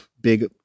big